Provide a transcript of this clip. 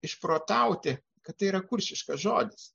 išprotauti kad tai yra kuršiškas žodis